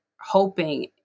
hoping